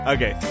Okay